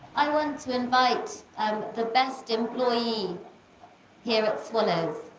i want to invite um the best employee here at swallows,